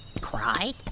Cry